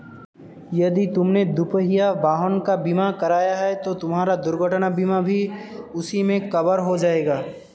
यदि तुमने दुपहिया वाहन का बीमा कराया है तो तुम्हारा दुर्घटना बीमा भी उसी में कवर हो जाएगा